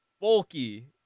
bulky